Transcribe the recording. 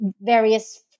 various